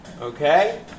Okay